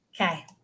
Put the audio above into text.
Okay